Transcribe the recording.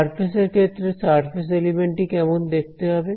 surface এর ক্ষেত্রে surface element টি কেমন দেখতে হবে